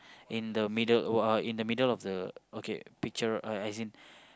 in the middle oh uh in the middle of the okay picture uh as in